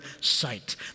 sight